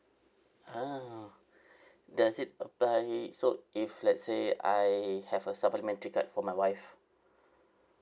ah does it apply so if let's say I have a supplementary card for my wife